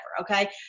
Okay